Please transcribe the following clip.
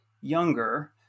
younger